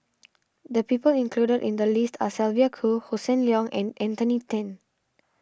the people include in the list are Sylvia Kho Hossan Leong and Anthony then